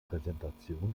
präsentation